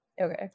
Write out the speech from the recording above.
okay